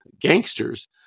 gangsters